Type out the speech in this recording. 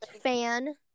fan